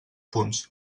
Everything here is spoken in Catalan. punts